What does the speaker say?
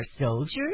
soldiers